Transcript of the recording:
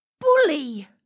bully